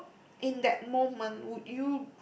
in that moment would you